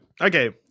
Okay